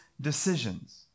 decisions